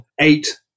eight